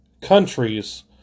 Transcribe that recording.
countries